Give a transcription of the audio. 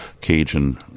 Cajun